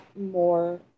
more